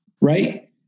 right